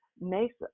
makes